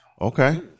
okay